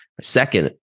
second